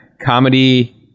comedy